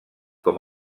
com